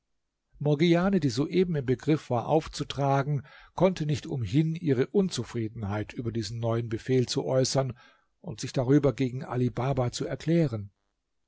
morgiane die soeben im begriff war aufzutragen konnte nicht umhin ihre unzufriedenheit über diesen neuen befehl zu äußern und sich darüber gegen ali baba zu erklären